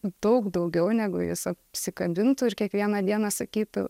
daug daugiau negu jis apsikabintų ir kiekvieną dieną sakytų